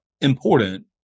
Important